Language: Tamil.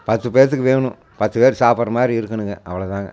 பத்து பேற்றுக்கு வேணும் பத்து பேர் சாப்பிட்ற மாதிரி இருக்கணுங்க அவ்வளோதாங்க